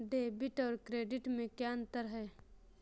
Debit और credit में क्या अंतर है?